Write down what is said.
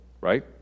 right